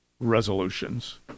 resolutions